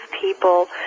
people